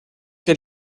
que